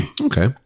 Okay